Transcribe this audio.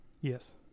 Yes